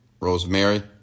Rosemary